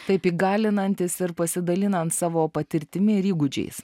taip įgalinantis ir pasidalinant savo patirtimi ir įgūdžiais